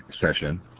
session